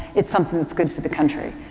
it's something that's good for the country.